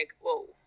Whoa